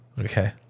okay